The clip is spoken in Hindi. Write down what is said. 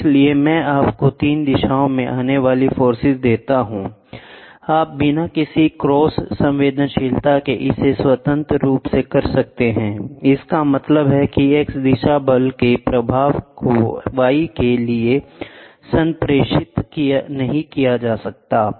इसलिए मैं आपको 3 दिशाओं में आने वाली फोर्स देता हूं आप बिना किसी क्रॉस संवेदनशीलता के इसे स्वतंत्र रूप से कर सकते हैं इसका मतलब है कि x दिशा बल के प्रभाव को y के लिए संप्रेषित नहीं किया जाता है